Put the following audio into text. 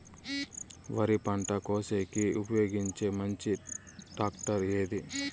వరి పంట కోసేకి ఉపయోగించే మంచి టాక్టర్ ఏది?